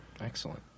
Excellent